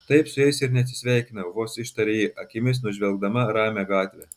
taip su jais ir neatsisveikinau vos ištarė ji akimis nužvelgdama ramią gatvę